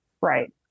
Right